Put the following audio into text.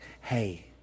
Hey